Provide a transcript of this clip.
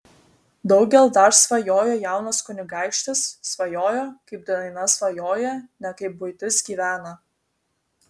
daugel dar svajojo jaunas kunigaikštis svajojo kaip daina svajoja ne kaip buitis gyvena